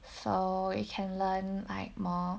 so you can learn like more